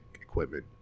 equipment